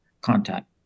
contact